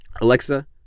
Alexa